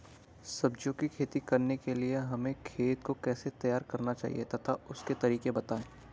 सब्जियों की खेती करने के लिए हमें खेत को कैसे तैयार करना चाहिए तथा उसके तरीके बताएं?